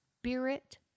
spirit